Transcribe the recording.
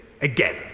again